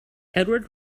edward